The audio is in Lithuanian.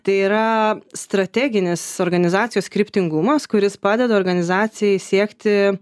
tai yra strateginis organizacijos kryptingumas kuris padeda organizacijai siekti